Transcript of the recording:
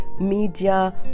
media